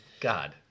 God